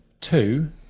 two